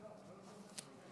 אדוני היושב-ראש,